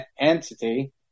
entity